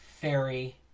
fairy